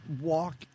walk